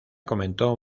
comentó